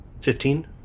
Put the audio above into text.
Fifteen